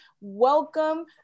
Welcome